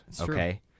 okay